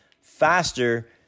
faster